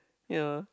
yea